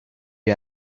you